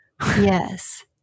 Yes